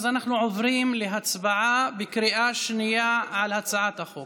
אז אנחנו עוברים להצבעה בקריאה שנייה על הצעת חוק